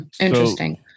Interesting